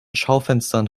schaufenstern